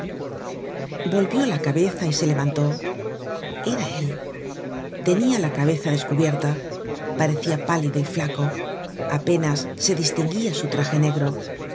volvió la cabeza y se levantó era él tenia la cabeza descubierta parecia pálido y flaco apenas se distinguía su traje negro